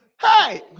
hey